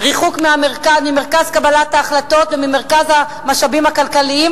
ריחוק ממרכז קבלת ההחלטות וממרכז המשאבים הכלכליים,